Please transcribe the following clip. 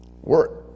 Work